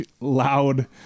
loud